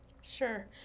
Sure